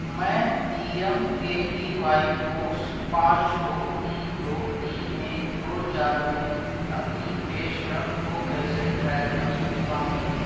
میں P M K V Y course پانچ دو تین دو تین ایک دو چار میں اپنی پیشرفت کو کیسے ٹریک کر سکتا ہوں